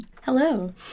Hello